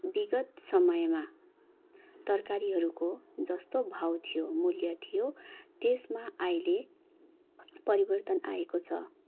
बिगत समयमा तरकारीहरूको जस्तो भाउ थियो मूल्य थियो त्यसमा अहिले परिवर्तन आएको छ